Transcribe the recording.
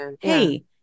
hey